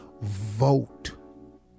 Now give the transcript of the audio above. Vote